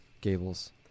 Gables